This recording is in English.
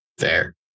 Fair